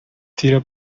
tira